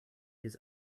his